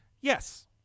Yes